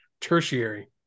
tertiary